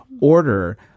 order